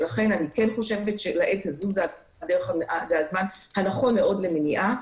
לכן אני כן חושבת שלעת הזו זה הזמן הנכון מאוד למניעה.